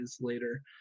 later